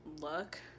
look